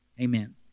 amen